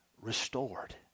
restored